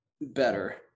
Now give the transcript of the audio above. better